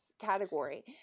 category